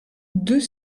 deux